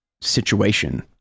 situation